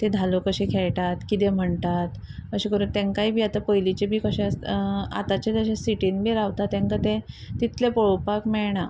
तें धालो कशें खेळटात किदें म्हणटात अशें करून तेंकांय बी आतां पयलीचे बी कशे आतांच्या जशे सिटीन बी रावता तेंकां ते तितले पळोवपाक मेळना